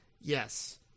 Yes